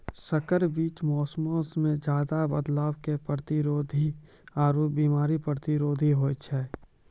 संकर बीज मौसमो मे ज्यादे बदलाव के प्रतिरोधी आरु बिमारी प्रतिरोधी होय छै